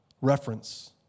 reference